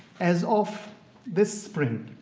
as of this spring,